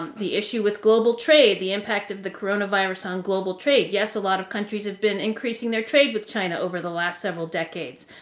the issue with global trade, the impact of the coronavirus on global trade. yes, a lot of countries have been increasing their trade with china over the last several decades.